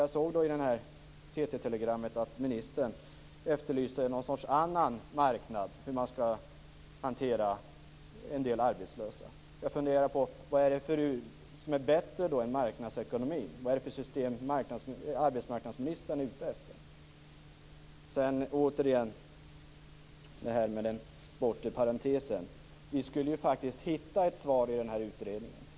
Jag såg i TT-telegrammet att ministern efterlyste någon annan sorts marknad för hur man skall hantera en del arbetslösa. Jag funderar på vad det är som är bättre än marknadsekonomi. Vad är det för system som arbetsmarknadsministern är ute efter? Återigen till den bortre parentesen. Vi skulle ju faktiskt hitta ett svar i utredningen.